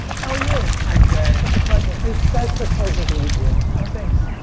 how are you? i'm good. such a pleasure. it's such a pleasure to meet you. how are things?